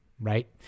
right